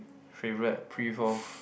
favourite Prive lor